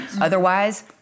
Otherwise